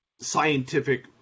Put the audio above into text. scientific